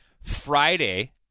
Friday